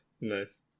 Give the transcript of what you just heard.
nice